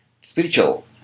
spiritual